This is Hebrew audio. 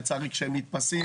לצערי כשהם נתפסים,